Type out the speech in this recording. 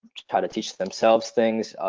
to try to teach themselves things,